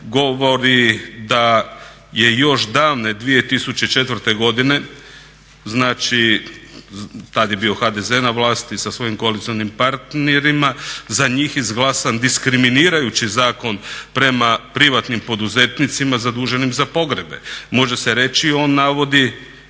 govori da je još davne 2004. godine, znači tad je bio HDZ na vlasti sa svojim koalicijskim partnerima za njih izglasan diskriminirajući zakon prema privatnim poduzetnicima zaduženim za pogrebe. Može se reći i on navodi